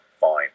fine